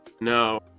no